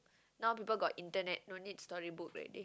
now people got Internet no need story book already